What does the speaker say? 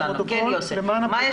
למען